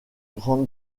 grande